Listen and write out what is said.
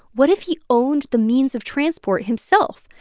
what if he owned the means of transport himself?